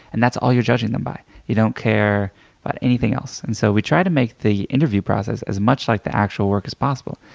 and that's all you're judging them by. you don't care about anything else. and so we tried to make the interview process as much like the actual work as possible.